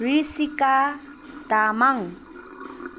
Rishika Tamang